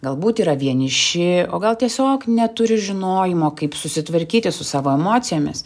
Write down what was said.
galbūt yra vieniši o gal tiesiog neturi žinojimo kaip susitvarkyti su savo emocijomis